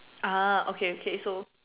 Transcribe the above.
ah okay okay so